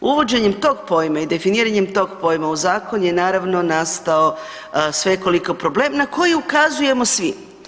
Uvođenjem tog pojama i definiranjem tog pojam u zakonu je naravno nastao svekoliki problem na koji ukazujemo svi.